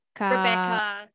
Rebecca